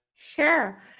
Sure